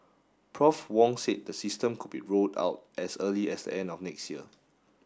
Prof Wong said the system could be rolled out as early as the end of next year